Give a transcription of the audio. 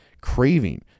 craving